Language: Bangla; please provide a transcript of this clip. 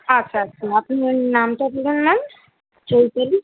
আচ্ছা আচ্ছা আপনার নামটা কী যেন ম্যাম চৈতালী ঘোষ